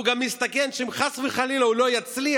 הוא גם מסתכן שאם חס וחלילה הוא לא יצליח,